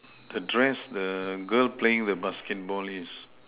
the dress the girl playing with basketball list